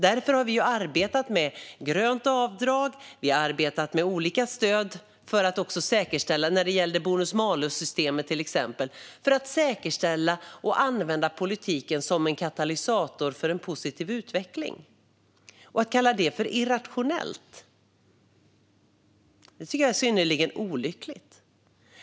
Därför har vi arbetat med grönt avdrag och med olika stöd, till exempel bonus malus-systemet, för att säkerställa och använda politiken som katalysator för en positiv utveckling. Att kalla det irrationellt tycker jag är synnerligen olyckligt.